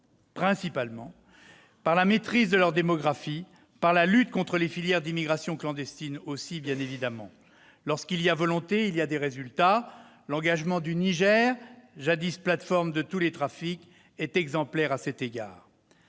principalement en matière de maîtrise de leur démographie, mais aussi de la lutte contre les filières d'immigration clandestine. Lorsqu'il y a une volonté, il y a des résultats : l'engagement du Niger, jadis plateforme de tous les trafics, est exemplaire à cet égard.